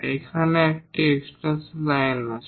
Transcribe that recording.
এখানে একটি extension line আছে